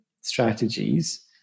strategies